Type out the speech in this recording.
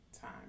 time